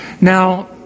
Now